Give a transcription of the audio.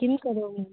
किं करोमि